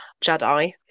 Jedi